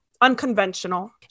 unconventional